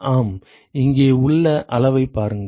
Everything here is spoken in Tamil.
ஆம் இங்கே உள்ள அளவைப் பாருங்கள்